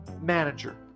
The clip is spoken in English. manager